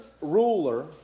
ruler